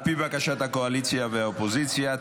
על פי בקשת הקואליציה והאופוזיציה,